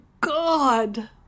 God